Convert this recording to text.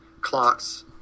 clocks